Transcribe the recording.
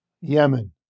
Yemen